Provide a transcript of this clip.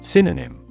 Synonym